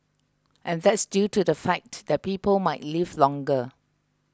and that's due to the fact that people might live longer